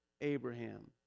Abraham